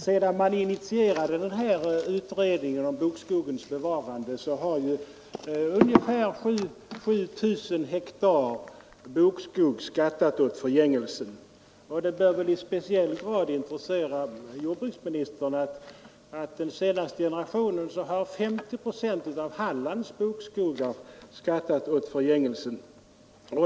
Sedan utredningen om bokskogens bevarande initierades 1964 har ungefär 7 000 hektar bokskog skattat åt förgängelsen. Det bör väl i speciell grad intressera jordbruksministern att under den senaste generationen 50 procent av Hallands bokskogar avverkats.